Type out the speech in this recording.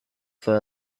for